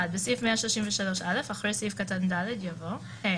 (1) בסעיף 133א אחרי סעיף קטן (ד) יבוא: "(ה)